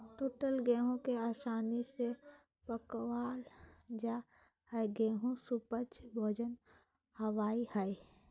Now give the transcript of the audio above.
टूटल गेहूं के आसानी से पकवल जा हई गेहू सुपाच्य भोजन होवई हई